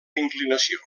inclinació